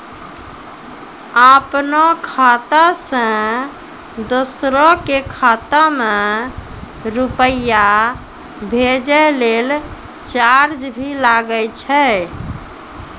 आपनों खाता सें दोसरो के खाता मे रुपैया भेजै लेल चार्ज भी लागै छै?